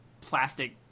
plastic